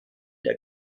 der